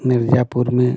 मिर्ज़ापुर में